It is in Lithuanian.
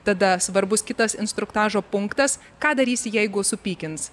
tada svarbus kitas instruktažo punktas ką darysi jeigu supykins